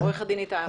עורך הדין איתי אפטר.